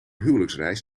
huwelijksreis